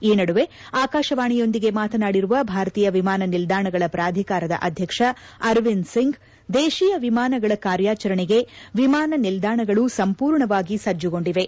ಈ ನಡುವೆ ಆಕಾಶವಾಣಿಯೊಂದಿಗೆ ಮಾತನಾಡಿರುವ ಭಾರತೀಯ ವಿಮಾನ ನಿಲ್ಲಾಣಗಳ ಪ್ರಾಧಿಕಾರದ ಅಧ್ಯಕ್ಷ ಅರವಿಂದ್ ಸಿಂಗ್ ದೇಶೀಯ ವಿಮಾನಗಳ ಕಾರ್ಯಾಚರಣೆಗೆ ವಿಮಾನ ನಿಲ್ದಾಣಗಳು ಸಂಪೂರ್ಣವಾಗಿ ಸಜ್ಜುಗೊಂಡಿವೆ